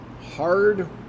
Hard